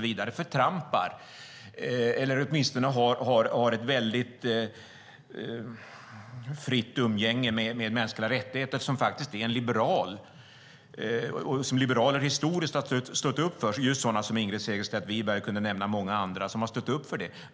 Man förtrampar, eller har åtminstone ett mycket fritt umgänge med, mänskliga rättigheter. Liberaler och sådana som Ingrid Segerstedt Wiberg, och jag kan nämna många andra, har historiskt stått upp för det.